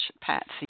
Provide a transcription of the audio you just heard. Patsy